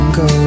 go